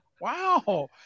wow